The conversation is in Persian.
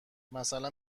مثلا